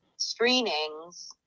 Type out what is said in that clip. screenings